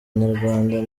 nyarwanda